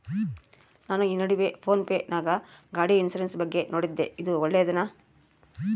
ನಾನು ಈ ನಡುವೆ ಫೋನ್ ಪೇ ನಾಗ ಗಾಡಿ ಇನ್ಸುರೆನ್ಸ್ ಬಗ್ಗೆ ನೋಡಿದ್ದೇ ಇದು ಒಳ್ಳೇದೇನಾ?